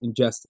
ingest